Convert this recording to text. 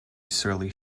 surly